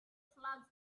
flags